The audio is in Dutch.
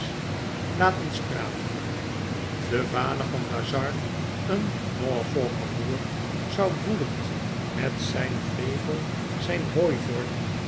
laat ons praten de vader van bazzard een norfolker boer zou woedend met zijn vlegel zijnhooivork